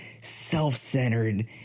self-centered